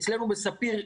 אצלנו בספיר,